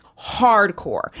hardcore